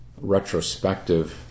retrospective